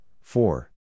four